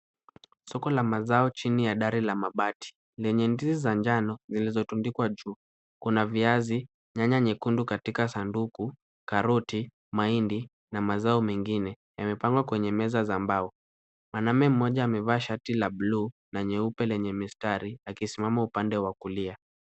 Soko la mazao chini ya dari la mabati, lenye ndizi za njano zilizotundikwa juu. Kuna viazi, nyanya nyekundu katika sanduku, karoti, mahindi na mazao mengine yamepangwa kwenye meza ya mbao. Mwanaume mmoja amevaa shati la buluu na nyeupe lenye mistari, akisimama upande wa kulia.